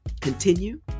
continue